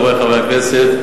חברי חברי הכנסת,